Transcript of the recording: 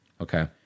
Okay